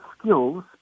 skills